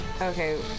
Okay